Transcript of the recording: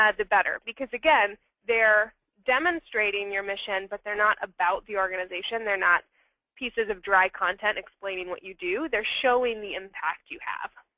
the better. because again, they're demonstrating your mission. but they're not about the organization. they're not pieces of dry content explaining what you do. they're showing the impact you have.